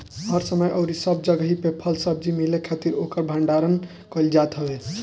हर समय अउरी सब जगही पे फल सब्जी मिले खातिर ओकर भण्डारण कईल जात हवे